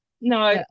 no